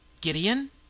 Gideon